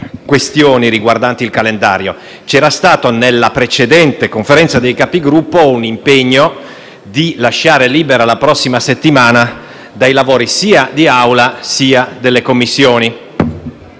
questioni riguardanti il calendario dei lavori. Nella precedente Conferenza dei Capigruppo c'era stato un impegno a lasciare libera la prossima settimana dai lavori sia di Aula, sia delle Commissioni,